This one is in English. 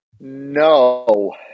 No